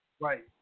right